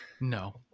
No